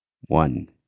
One